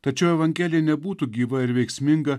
tačiau evangelija nebūtų gyva ir veiksminga